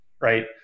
Right